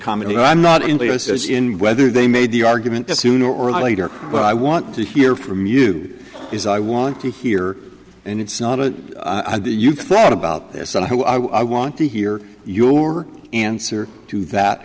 comment i'm not in the us as in whether they made the argument that sooner or later but i want to hear from you is i want to hear and it's not a i do you thought about this and i want to hear your answer to that